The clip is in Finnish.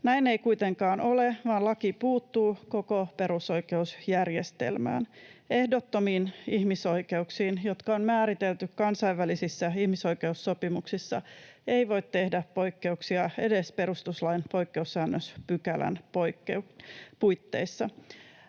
Näin ei kuitenkaan ole, vaan laki puuttuu koko perusoikeusjärjestelmään. Ehdottomiin ihmisoikeuksiin, jotka on määritelty kansainvälisissä ihmisoikeussopimuksissa, ei voi tehdä poikkeuksia edes perustuslain poikkeussäännöspykälän puitteissa.